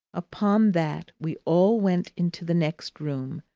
upon that, we all went into the next room,